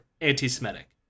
anti-Semitic